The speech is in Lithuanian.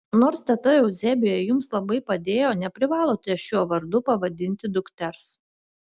nors teta euzebija jums labai padėjo neprivalote šiuo vardu pavadinti dukters